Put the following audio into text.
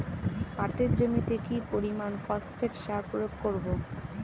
পাটের জমিতে কি পরিমান ফসফেট সার প্রয়োগ করব?